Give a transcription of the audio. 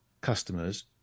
customers